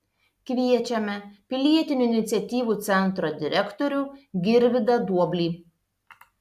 kviečiame pilietinių iniciatyvų centro direktorių girvydą duoblį